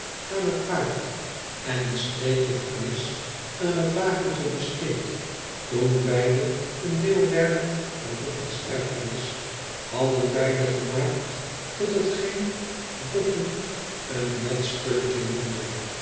aan het paard en een streekje vernis aan het wagentje besteed toen beide een deel werden van boffin's erfenis hadden beide gemaakt tot hetgeen boffin een net spulletje noemde